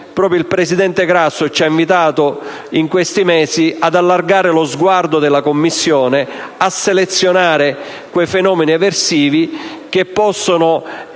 il presidente Grasso ci ha invitato in questi mesi ad allargare lo sguardo della Commissione, a selezionare quei fenomeni eversivi che possono